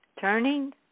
Turning